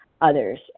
others